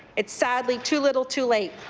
it's sadly too little too late.